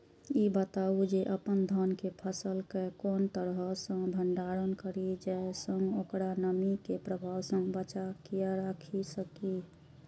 ई बताऊ जे अपन धान के फसल केय कोन तरह सं भंडारण करि जेय सं ओकरा नमी के प्रभाव सं बचा कय राखि सकी?